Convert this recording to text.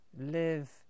live